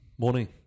Morning